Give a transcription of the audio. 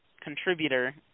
Contributor